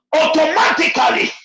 automatically